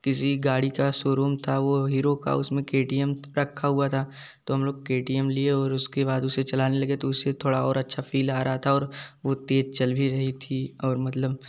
किसी गाड़ी का शोरूम था वो हीरो का उसमें के टी एम रखा हुआ था तो हम लोग के टी एम लिए और उसके बाद उसे चलाने लगे तो उससे थोड़ा और अच्छा फ़ील आ रहा था और वो तेज चल भी रही थी और मतलब